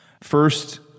First